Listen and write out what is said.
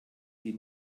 die